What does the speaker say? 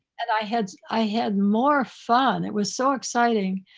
and i had i had more fun, it was so exciting.